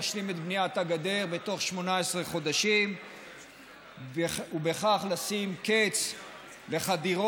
להשלים את בניית הגדר בתוך 18 חודשים ובכך לשים קץ לחדירות,